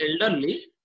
elderly